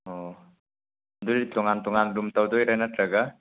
ꯑꯣ ꯑꯗꯨꯗꯤ ꯇꯣꯉꯥꯟ ꯇꯣꯉꯥꯟ ꯔꯨꯝ ꯇꯧꯗꯣꯏꯔꯥ ꯅꯠꯇ꯭ꯔꯒ